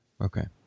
Okay